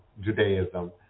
Judaism